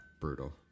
brutal